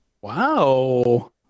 Wow